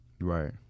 Right